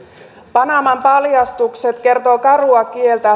panaman paljastukset kertovat karua kieltä